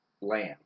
land